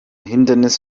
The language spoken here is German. hindernis